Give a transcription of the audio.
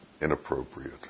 inappropriate